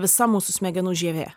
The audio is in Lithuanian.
visa mūsų smegenų žievė